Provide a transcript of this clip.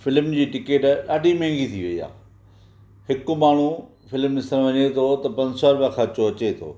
film जी ticket ॾाढी महांगी थी वई आहे हिकु माण्हू फिल्म ॾिसणु वञे थो त पंज सौ रुपया ख़र्चो अचे थो